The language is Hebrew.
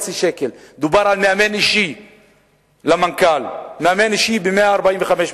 דובר על מאמן אישי למנכ"ל, מאמן אישי ב-145,000